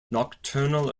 nocturnal